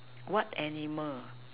what animal